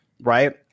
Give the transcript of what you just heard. right